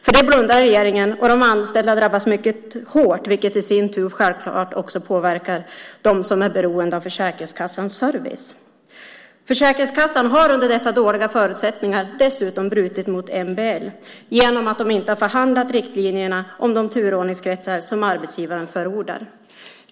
För det blundar regeringen, och de anställda drabbas mycket hårt, vilket i sin tur självklart också påverkar dem som är beroende av Försäkringskassans service. Försäkringskassan har under dessa dåliga förutsättningar dessutom brutit mot MBL genom att de inte har förhandlat om riktlinjerna för de turordningskretsar som arbetsgivaren förordar.